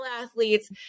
athletes